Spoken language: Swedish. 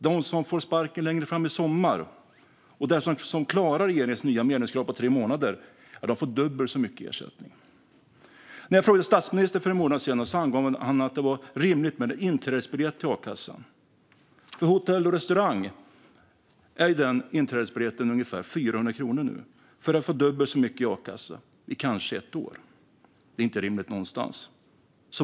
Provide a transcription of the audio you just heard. Den som får sparken längre fram i sommar och klarar regeringens nya medlemskrav på tre månader får dubbelt så mycket i ersättning. När jag frågade statsministern för en månad sedan angav han att det var rimligt med en inträdesbiljett till a-kassan. För hotell och restaurang är den inträdesbiljetten nu ungefär 400 kronor för att få dubbelt så mycket i a-kassa i kanske ett år. Detta är inte rimligt någonstans.